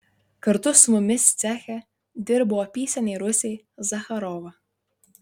kartu su mumis ceche dirbo apysenė rusė zacharova